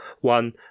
One